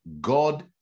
God